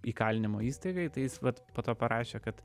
įkalinimo įstaigai tai jis vat po to parašė kad